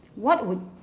what would